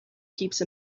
keeps